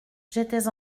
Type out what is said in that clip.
j’étais